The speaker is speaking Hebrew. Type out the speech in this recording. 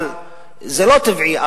זה לא טבעי,